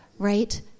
right